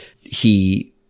he-